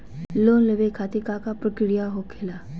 Loan लेवे खातिर का का प्रक्रिया होखेला?